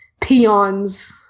peons